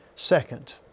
Second